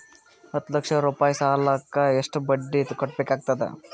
ಹತ್ತ ಲಕ್ಷ ರೂಪಾಯಿ ಸಾಲಕ್ಕ ಎಷ್ಟ ಬಡ್ಡಿ ಕಟ್ಟಬೇಕಾಗತದ?